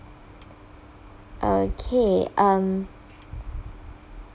okay um